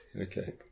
Okay